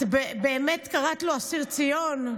את באמת קראת לו "אסיר ציון"?